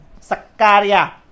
sakaria